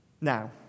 Now